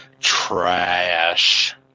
Trash